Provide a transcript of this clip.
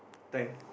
time